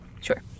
sure